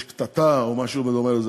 יש קטטה או משהו בדומה לזה,